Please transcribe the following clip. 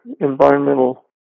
environmental